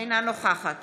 אינה נוכחת